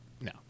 no